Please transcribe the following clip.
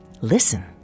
Listen